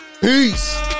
peace